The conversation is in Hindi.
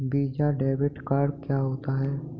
वीज़ा डेबिट कार्ड क्या होता है?